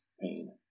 Pain